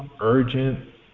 urgent